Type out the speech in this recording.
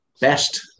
best